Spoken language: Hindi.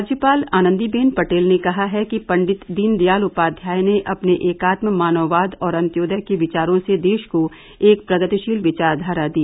राज्यपाल आनंदी बेन पटेल ने कहा कि पंडित दीनदयाल उपाध्याय ने अपने एकात्म मानववाद और अंत्योदय के विचारों से देश को एक प्रगतिशील विचाखारा दी